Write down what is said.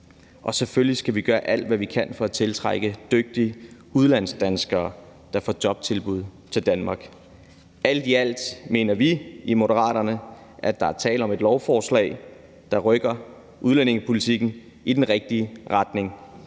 Og selvfølgelig skal vi gøre alt, hvad vi kan, for at tiltrække dygtige udlandsdanskere, der får jobtilbud i Danmark. Alt i alt mener vi i Moderaterne, at der er tale om et lovforslag, der rykker udlændingepolitikken i den rigtige retning,